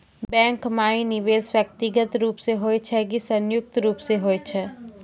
Bank माई निवेश व्यक्तिगत रूप से हुए छै की संयुक्त रूप से होय छै?